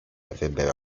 avrebbero